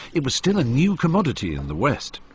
it was still a new commodity in the west.